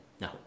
no